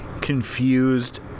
confused